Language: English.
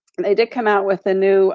and they did come out with the new